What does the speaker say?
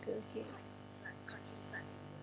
okay